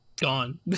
Gone